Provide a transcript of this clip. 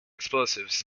explosives